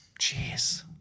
jeez